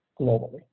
globally